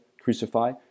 crucify